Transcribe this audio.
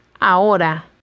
ahora